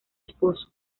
esposo